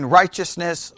righteousness